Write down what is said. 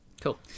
Cool